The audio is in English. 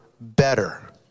better